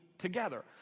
together